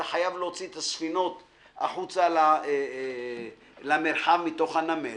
אתה חייב להוציא את הספינות החוצה למרחב מתוך הנמל,